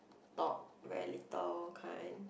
talk very little kind